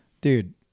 Dude